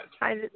Hi